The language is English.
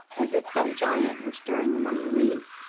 as if some giant were stirring among the leaves,